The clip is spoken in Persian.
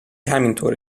همینطوره